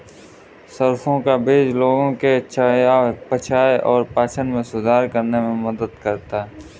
सरसों का बीज लोगों के चयापचय और पाचन में सुधार करने में मदद करता है